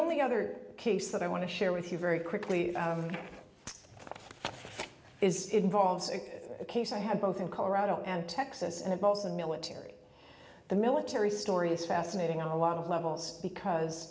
only other case that i want to share with you very quickly is involved a case i had both in colorado and texas and it also military the military story is fascinating a lot of levels because